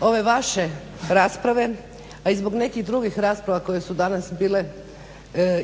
ove vaše rasprave, a i zbog nekih drugih rasprava koje su danas bile